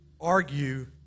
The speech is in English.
argue